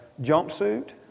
jumpsuit